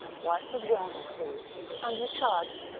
wife of jean leflou and eicharde,